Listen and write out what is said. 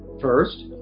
First